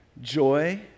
joy